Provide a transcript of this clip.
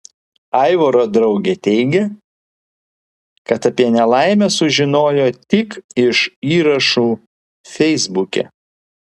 aivaro draugė teigia kad apie nelaimę sužinojo tik iš įrašų feisbuke